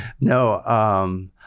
No